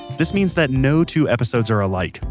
this means that no two episodes are alike.